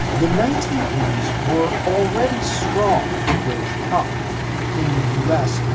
the nineteen eighty s were already strong for british pop in the u s.